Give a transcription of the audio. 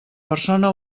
persona